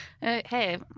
Hey